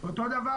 אותו דבר,